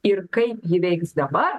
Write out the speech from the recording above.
ir kaip ji veiks dabar